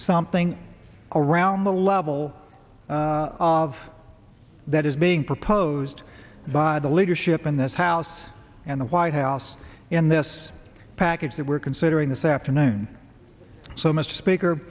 something around the level of that is being proposed by the leadership in this house and the white house in this package that we're considering this afternoon so m